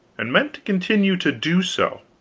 and meant to continue to do so.